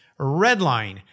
Redline